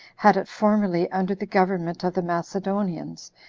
had it formerly under the government of the macedonians,